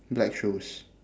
black shoes